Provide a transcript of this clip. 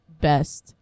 best